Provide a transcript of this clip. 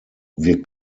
wir